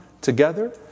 together